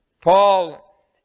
Paul